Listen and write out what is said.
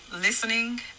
listening